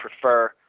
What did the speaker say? prefer